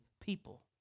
people